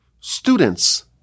students